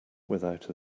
without